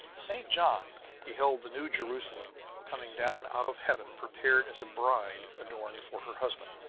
st. john beheld the new jerusalem coming down out of heaven prepared as a bride adorned for her husband,